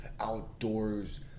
outdoors